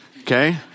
Okay